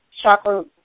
chakra